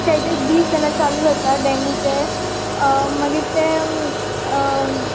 तेजे दीस जेन्ना चालू जाता डेंगूचें मागीर ते